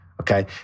Okay